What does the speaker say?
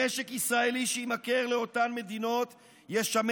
נשק ישראלי שיימכר לאותן מדינות ישמש